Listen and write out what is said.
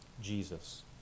Jesus